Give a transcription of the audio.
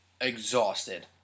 exhausted